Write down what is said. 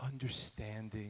understanding